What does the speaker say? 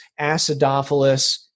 acidophilus